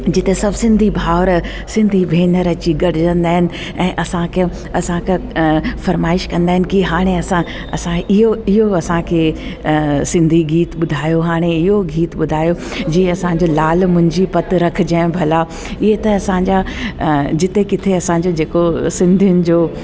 जिते सब सिंधी भाउर सिंधी भेनर अची गॾजंदा आहिनि ऐं असांखे असांखे फ़र्माइश कंदा आहिनि की हाणे असां असां इहो इहो असांखे सिंधी गीत ॿुधायो हाणे इहो गीत ॿुधायो जीअं असांजा लाल मुंहिंजी पत रखजें भला इहे त असांजा जिते किते असांजो जेको सिंधियुनि जो